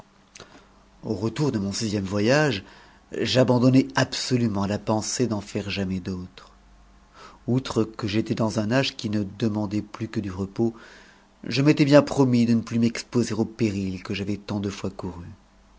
au retour de mon sixième voyage j'abandonnai absolument la pensée jeu taire jamais d'autres outre que j'étais dans un âge qui ne demandait plus que du repos je m'étais bien promis de ne plus m'exposer aux périls que j'avais tant de fois courus